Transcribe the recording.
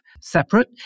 separate